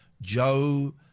Joe